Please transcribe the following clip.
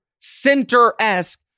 center-esque